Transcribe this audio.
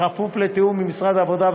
בכפוף לתיאום עם משרד העבודה,